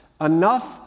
enough